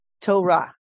Torah